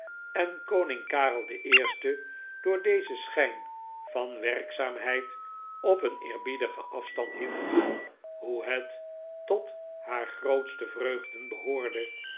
en koning karel den eersten door dezen schijn van werkzaamheid op een eerbiedigen afstand hield hoe het tot haar grootste vreugden behoorde